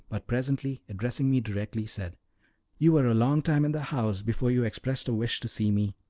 but presently, addressing me directly, said you were a long time in the house before you expressed a wish to see me.